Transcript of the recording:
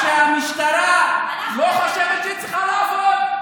רק שהמשטרה לא חושבת שהיא צריכה לעבוד.